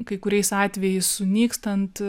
kai kuriais atvejais sunykstant